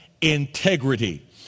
integrity